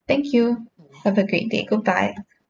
thank you have a great day goodbye